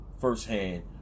firsthand